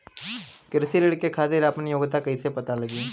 कृषि ऋण के खातिर आपन योग्यता कईसे पता लगी?